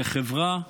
לחברה,